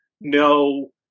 no